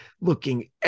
looking